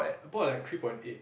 I bought like three point eight